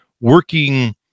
working